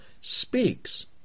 speaks